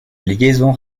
liaison